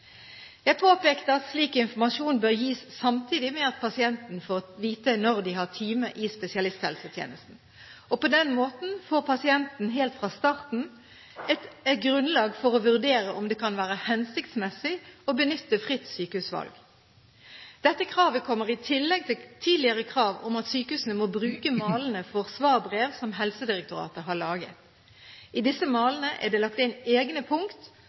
Jeg påpekte at slik informasjon bør gis samtidig med at pasienten får vite når de har time i spesialisthelsetjenesten. På den måten får pasienten helt fra starten et grunnlag for å vurdere om det kan være hensiktsmessig å benytte ordningen med fritt sykehusvalg. Dette kravet kommer i tillegg til tidligere krav om at sykehusene må bruke malene for svarbrev som Helsedirektoratet har laget. I disse malene er det lagt inn egne punkt